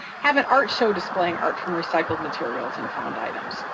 have an art show displaying art from recycled materials and found items,